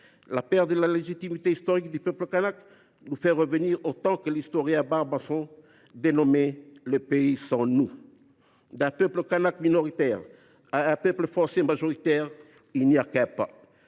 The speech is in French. La perte de la légitimité historique du peuple kanak nous fait revenir au temps que l’historien Louis José Barbançon dénommait « le pays sans nous ». D’un peuple kanak minoritaire à un peuple français majoritaire, il n’y a qu’un pas.